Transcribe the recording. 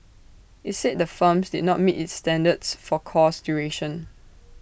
IT said the firms did not meet its standards for course duration